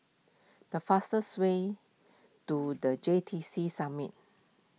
the fastest way to the J T C Summit